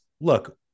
look